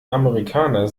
amerikaner